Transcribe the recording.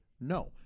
no